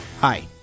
Hi